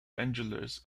angeles